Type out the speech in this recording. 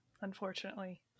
unfortunately